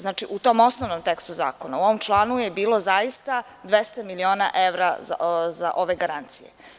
Znači, u tom osnovnom tekstu zakona, u ovom članu je bilo zaista 200 miliona evra za ove garancije.